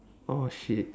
oh shit